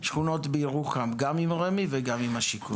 אתה יודע שאני עשיתי שכונות בירוחם גם עם רמ"י וגם עם השיכון.